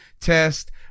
test